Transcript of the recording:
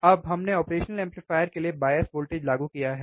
अब हमने operation amplifier के लिए बायस वोल्टेज लागू किया है